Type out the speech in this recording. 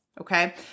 okay